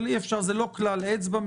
אבל זה לא כלל אצבע,